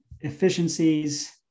efficiencies